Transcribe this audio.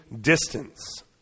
distance